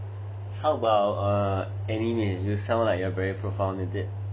how about err anime you sound like you're very profound with it